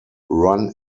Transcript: run